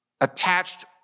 attached